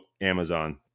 Amazon